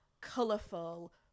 colourful